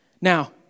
Now